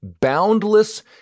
boundless